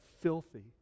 filthy